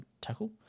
tackle